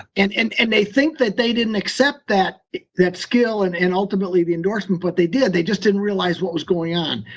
and and and they think that they didn't accept that that skill, and and ultimately the endorsement, but they did. they just didn't realize what was going on.